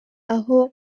aho